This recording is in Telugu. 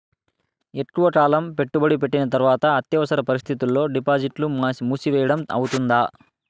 ఎక్కువగా కాలం పెట్టుబడి పెట్టిన తర్వాత అత్యవసర పరిస్థితుల్లో డిపాజిట్లు మూసివేయడం అవుతుందా?